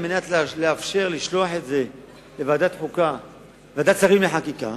על מנת לאפשר לשלוח את זה לוועדת שרים לחקיקה,